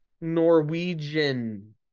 Norwegian